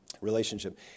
Relationship